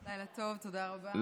לילה טוב, תודה רבה.